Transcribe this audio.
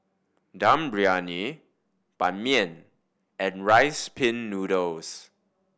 Dum Briyani Ban Mian and Rice Pin Noodles